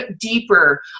deeper